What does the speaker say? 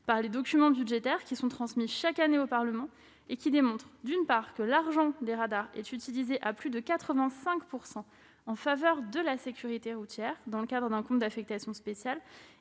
par les documents budgétaires transmis chaque année au Parlement : on y découvre, d'une part, que l'argent des radars est utilisé à plus de 85 % en faveur de la sécurité routière dans le cadre d'un compte d'affectation spéciale